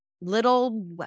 little